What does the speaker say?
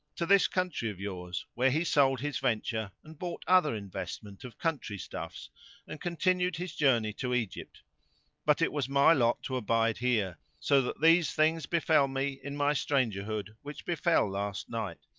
to this country of yours, where he sold his venture and bought other investment of country stuffs and continued his journey to egypt but it was my lot to abide here, so that these things befell me in my strangerhood which befell last night,